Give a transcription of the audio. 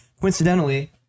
coincidentally